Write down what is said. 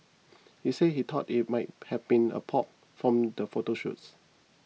he said he thought it might have been a prop from the photo shoots